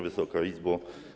Wysoka Izbo!